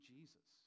Jesus